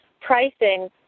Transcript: pricing